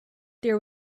there